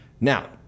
Now